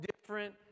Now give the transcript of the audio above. different